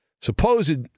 supposed